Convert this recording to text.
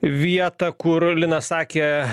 vietą kur linas sakė